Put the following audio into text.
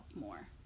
more